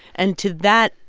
and to that,